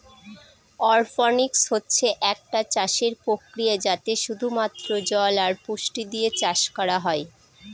অরপনিক্স হচ্ছে একটা চাষের প্রক্রিয়া যাতে শুধু মাত্র জল আর পুষ্টি দিয়ে চাষ করা হয়